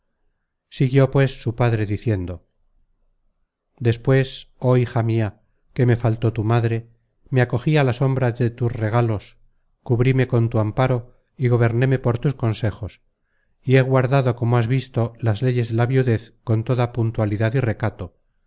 siguió pues su padre diciendo despues oh hija mia que me faltó tu madre me acogí á la sombra de tus regalos cubríme con tu amparo gobernéme por tus consejos y he guardado como has visto las leyes de la viudez con toda puntualidad y recato